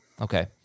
Okay